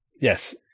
Yes